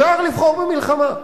ישר לבחור במלחמה,